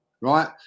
right